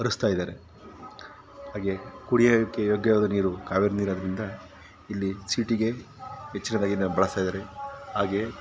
ಹರಿಸ್ತಾ ಇದ್ದಾರೆ ಹಾಗೆ ಕುಡಿಯೋದಕ್ಕೆ ಯೋಗ್ಯವಾದ ನೀರು ಕಾವೇರಿ ನೀರಾಗಿರೋದರಿಂದ ಇಲ್ಲಿ ಸಿಟಿಗೆ ಹೆಚ್ಚಿನದಾಗಿನೇ ಬಳಸ್ತಾ ಇದ್ದಾರೆ ಹಾಗೆ